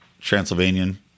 Transylvanian